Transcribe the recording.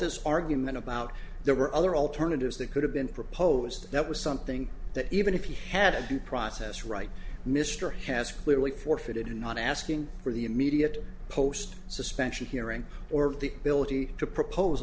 this argument about there were other alternatives that could have been proposed that was something that even if you had due process right mr has clearly forfeited in not asking for the immediate post suspension hearing or t